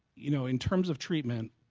you know in terms of treatment,